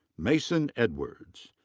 mason edwards.